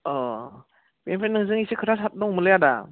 अ बेनिफ्राय नोंजों एसे खोथा दंमोनलै आदा